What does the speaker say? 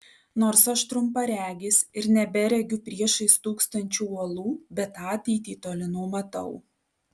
nors aš trumparegis ir neberegiu priešais stūksančių uolų bet ateitį toli numatau